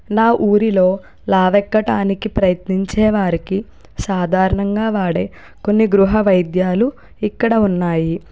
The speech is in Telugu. నా ఊరిలో లావెక్కటానికి ప్రయత్నించే వారికి సాధారణంగా వాడే కొన్ని గృహ వైద్యాలు ఇక్కడ ఉన్నాయి